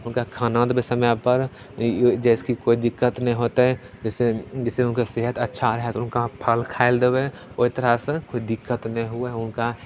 हुनका खाना देबै समयपर जाहिसेकि कोइ दिक्कत नहि होतै जाहिसे जाहिसे हुनकर सेहत अच्छा रहै हुनका फल खाइले देबै ओहि तरहसे कोइ दिक्कत नहि हुए हुनका